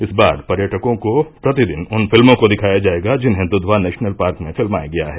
इस बार पर्यटकों को प्रतिदिन उन फिल्मों को दिखाया जायेगा जिन्हें दुधवा नेशनल पार्क में फिल्माया गया है